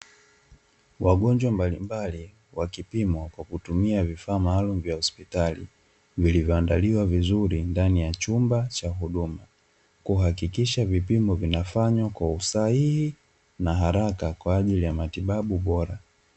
Wagonjwa mbalimbali wakipimwa kwa kutumia vifaa maalumu vya hospitali, vilivyoandaliwa vizuri ndani ya chumba cha huduma, kuhakikisha vipimo vinafanywa kwa usahihi na haraka kwa ajili ya matibabu bora.